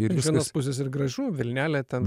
ir iš vienos pusės ir gražu vilnelę ten